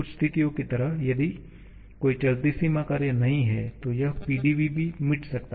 कुछ स्थितियों की तरह यदि कोई चलती सीमा कार्य नहीं है तो यह PdVभी मीट सकता है